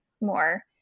more